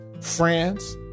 France